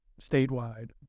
statewide